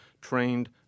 trained